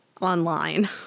online